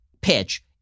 pitch